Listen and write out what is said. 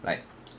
like